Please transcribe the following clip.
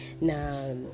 now